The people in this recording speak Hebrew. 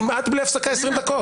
כמעט בלי הפסקה 20 דקות.